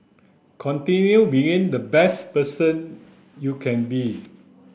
continue being the best person you can be